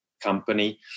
company